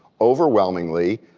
overwhelmingly,